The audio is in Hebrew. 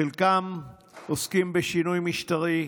חלקם עוסקים בשינוי משטרי,